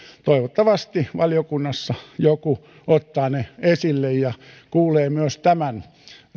toivottavasti valiokunnassa joku ottaa ne esille ja kuulee myös tämän